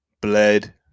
bled